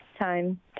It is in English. time